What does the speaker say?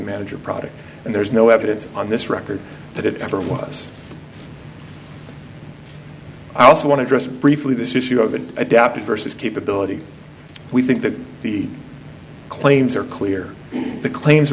a manager product and there's no evidence on this record that it ever was i also want to dress briefly this issue of an adaptive vs capability we think that the claims are clear the claims